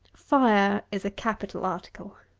fire is a capital article.